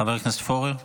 חבר הכנסת פורר.